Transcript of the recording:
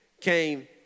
came